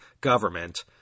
government